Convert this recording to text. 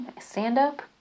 Stand-up